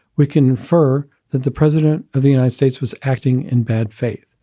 we can infer that the president of the united states was acting in bad faith.